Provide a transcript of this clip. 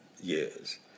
years